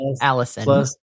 Allison